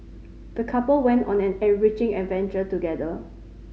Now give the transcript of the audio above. the couple went on an enriching adventure together